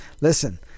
Listen